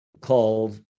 called